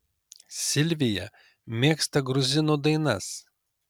silvija mėgsta gruzinų dainas